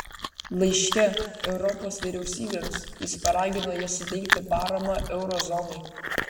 laiške europos vyriausybėms jis paragino jas suteikti paramą euro zonai